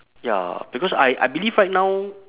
ya because I I believe right now